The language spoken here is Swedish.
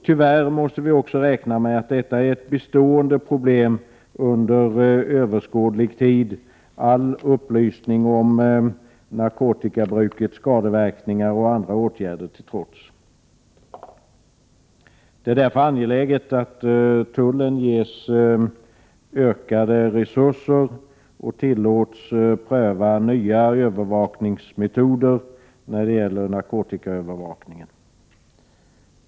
Tyvärr måste vi också räkna med att det kommer att vara ett bestående problem under överskådlig tid, all upplysning om narkotikabrukets skadeverkningar och andra åtgärder till trots. Det är därför angeläget att tullen ges ökade resurser och tillåts pröva nya övervakningsmetoder för narkotikaövervakningen.